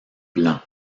blanc